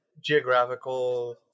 geographical